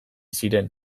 ziren